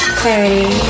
clarity